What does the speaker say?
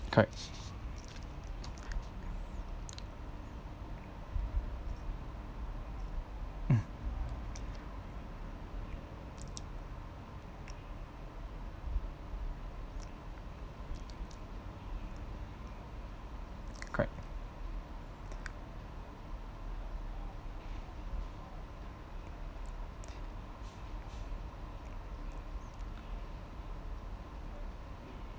correct correct